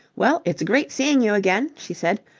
well, it's great seeing you again, she said.